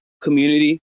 community